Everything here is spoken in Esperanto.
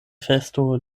festo